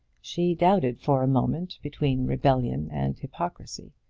she doubted for a moment between rebellion and hypocrisy.